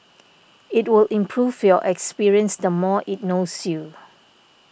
it will improve your experience the more it knows you